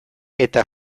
eta